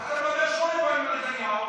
אבל מה הקשר לנתניהו?